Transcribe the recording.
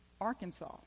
Arkansas